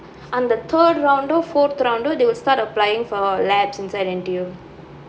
on the third round or fourth round they will start applying for labs inside N_T_U